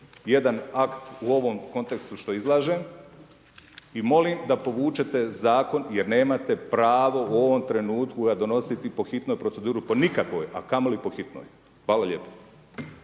jedan akt u ovom kontekstu što izlažem, i molim da povučete Zakon jer nemate pravo u ovom trenutku ga donositi po hitnoj proceduri, po nikakvoj, a kamoli po hitnoj. Hvala lijepo.